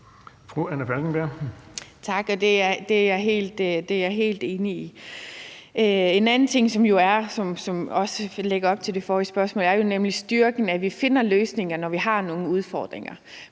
Tak. Det er jeg helt enig i. En anden ting, som også lægger sig op ad det forrige spørgsmål, er jo nemlig styrken i, at vi finder løsningerne, når vi har nogle udfordringer.